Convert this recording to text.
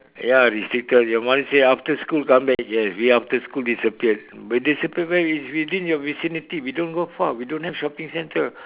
ya restricted your mother say after school come back yes we after school disappear we disappear where we within your vicinity we don't go far we don't have shopping centre